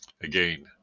Again